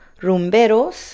Rumberos